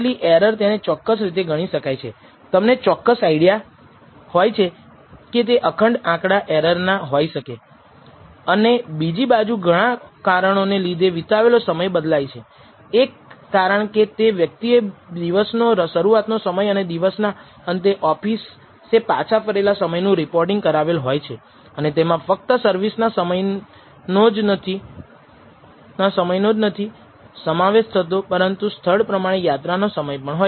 બીજી બાજુ જો બંને આ જથ્થાઓ જો ઈન્ટર્વલસ 0 ની ડાબી બાજુ છે જે સંપૂર્ણપણે ઋણ છે અથવા 0 ની જમણી બાજુએ છે જેનો અર્થ છે કે આ બંને જથ્થાઓ ધન છે તો પછી આ ઈન્ટર્વલસમાં 0 સમાવશે નહીં થાય અને પછી આપણે નિષ્કર્ષ કાઢીશું નલ પૂર્વધારણા β1 0 ને નકારી શકીએ છે જેનો અર્થ થાય છે β1 નોંધપાત્ર છે